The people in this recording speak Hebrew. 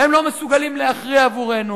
הם לא מסוגלים להכריע עבורנו.